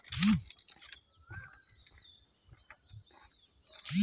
KYC form টা কি?